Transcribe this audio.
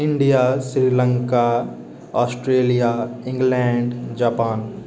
India Sri Lanka Australia England Japan